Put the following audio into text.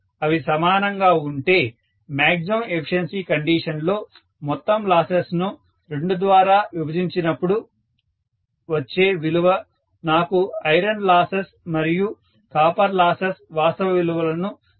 అవి సమానంగా ఉంటే మ్యాగ్జిమం ఎఫిషియన్సీ కండిషన్లో మొత్తం లాసెస్ ను 2 ద్వారా విభజించనప్పుడు వచ్చే విలువ నాకు ఐరన్ లాసెస్ మరియు కాపర్ లాసెస్ వాస్తవ విలువలను ఇస్తుంది